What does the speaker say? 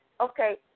Okay